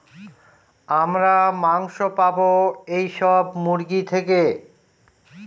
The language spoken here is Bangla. আমরা মাংস পাবো এইসব মুরগি থেকে